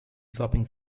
shopping